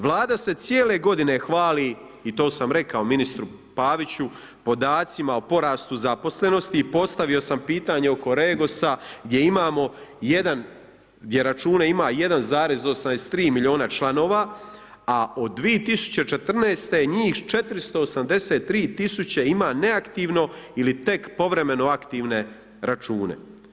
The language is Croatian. Vlada se cijele godine hvali i to sam rekao ministru Paviću podacima o porastu zaposlenosti i postavio sam pitanje oko Regosa gdje imamo jedan, gdje račune ima 1,83 miliona članova, a od 2014. njih 483.000 tisuće ima neaktivno ili te povremeno aktivne račune.